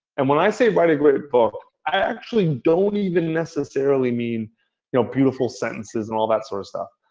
and when i say write a great book, i actually don't even necessarily mean you know beautiful sentences and all that sort of stuff.